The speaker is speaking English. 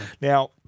Now